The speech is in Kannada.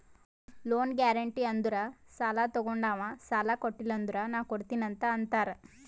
ಲೋನ್ ಗ್ಯಾರೆಂಟಿ ಅಂದುರ್ ಸಾಲಾ ತೊಗೊಂಡಾವ್ ಸಾಲಾ ಕೊಟಿಲ್ಲ ಅಂದುರ್ ನಾ ಕೊಡ್ತೀನಿ ಅಂತ್ ಅಂತಾರ್